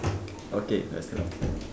okay let's go